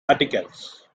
articles